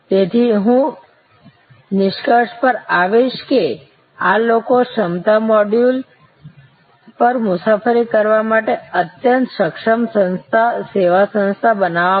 તેથી હું નિષ્કર્ષ પર આવીશ કે આ લોકો ક્ષમતા મોડ્યુલ પર મુસાફરી કરવા માટે અત્યંત સક્ષમ સંસ્થા સેવા સંસ્થા બનાવવા માટે